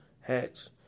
hats